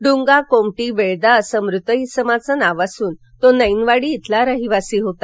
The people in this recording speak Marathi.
डुंगा कोमटी वेळदा असे मृत इसमाचे नाव असून तो नक्विडी इथला रहिवासी होता